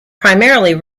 primarily